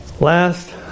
Last